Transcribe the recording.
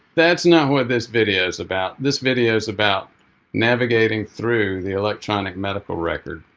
that's not what this video is about. this video is about navigating through the electronic medical record.